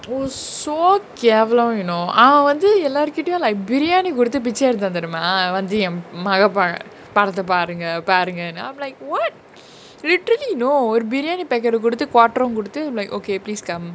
was so கேவலோ:kevalo you know அவவந்து எல்லார்கிட்டயு:avavanthu ellarkittayu like biriyani குடுத்து பிச்ச எடுத்தா தெரியுமா அதுவந்து:kuduthu picha edutha theriyuma athuvanthu em~ makapa~ படத்த பாருங்க பாருங்கனு:padatha paarunga paarunganu I'm like what literally know ஒரு:oru biriyani packet ah குடுத்து:kuduthu quater ரு குடுத்து:ru kuduthu like okay please come